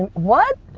what?